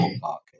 market